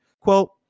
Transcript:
Quote